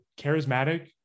Charismatic